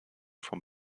vom